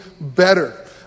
better